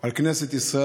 על כנסת ישראל.